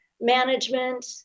management